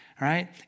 right